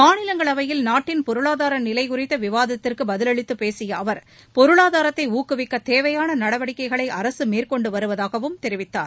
மாநிலங்களவையில் நாட்டின் பொருளாதார நிலை குறித்த விவாதத்திற்கு பதிலளித்து பேசிய அவர் பொருளாதாரத்தை ஊக்குவிக்க தேவையான நடவடிக்கைகளை அரசு தெரிவித்தார்